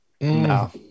No